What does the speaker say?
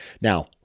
Now